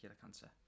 cancer